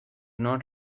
not